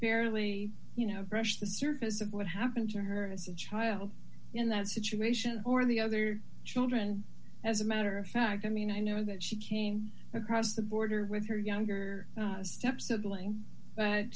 barely you know brushed the surface of what happened to her as a child in that situation or the other children as a matter of fact i mean i know that she came across the border with her younger sibling but